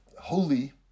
holy